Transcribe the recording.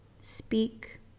Speak